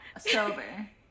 sober